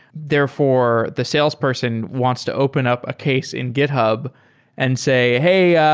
therefore, the salesperson wants to open up a case in github and say, hey,